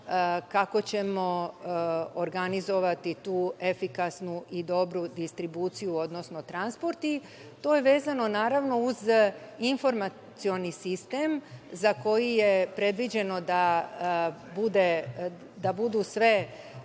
kako ćemo organizovati tu efikasnu i dobru distribuciju odnosno transport. To je vezano uz informacioni sistem za koji je predviđeno da budu sve